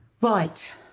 Right